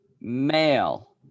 male